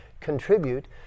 contribute